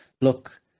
look